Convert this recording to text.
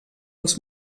els